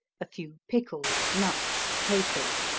a few pickles, nuts, capers.